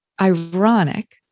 ironic